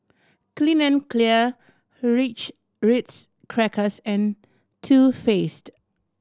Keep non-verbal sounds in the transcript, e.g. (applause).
Clean and Clear (unintelligible) Ritz Crackers and Too Faced